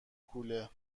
کوله